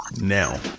now